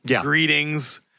greetings